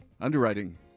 underwriting